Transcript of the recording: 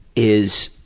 is